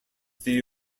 they